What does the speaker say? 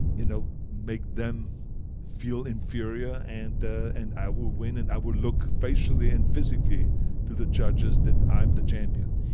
you know make them feel inferior, and and i will win, and i will look facially and physically to the judges that i am the champion.